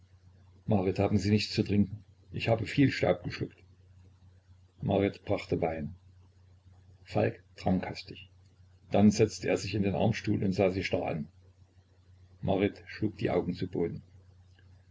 marit haben sie nichts zu trinken ich habe viel staub geschluckt marit brachte wein falk trank hastig dann setzte er sich in den armstuhl und sah sie starr an marit schlug die augen zu boden